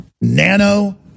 nano